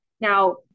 Now